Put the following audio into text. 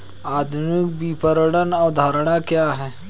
आधुनिक विपणन अवधारणा क्या है?